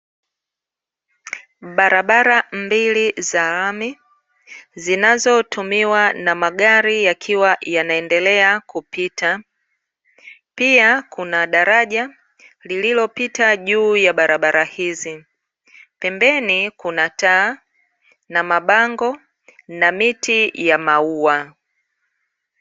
Barabara mbili za lami zinazotumiwa na magari yakiwa yanaendelea kupita, pia kuna daraja lililopita juu ya barabara hizi. Pembeni kuna taa, na mabango na miti ya maua.